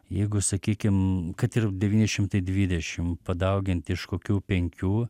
jeigu sakykim kad ir devyni šimtai dvidešim padaugint iš kokių penkių